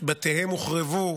בתיהם הוחרבו,